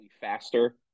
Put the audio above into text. faster